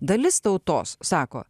dalis tautos sako